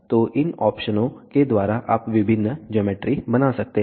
तो इन ऑप्शनों के द्वारा आप विभिन्न ज्योमेट्री बना सकते हैं